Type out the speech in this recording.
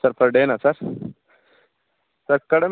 sir per ಡೇನ sir sir ಕಡಿಮೆ